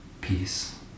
Peace